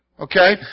Okay